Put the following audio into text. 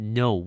no